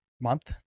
month